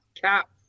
cap